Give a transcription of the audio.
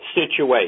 situation